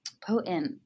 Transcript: potent